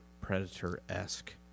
Predator-esque